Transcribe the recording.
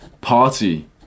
party